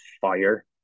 fire